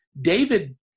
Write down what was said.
David